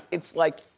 it's like,